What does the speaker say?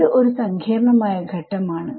ഇത് ഒരു സങ്കീർണ്ണമായ ഘട്ടം ആണ്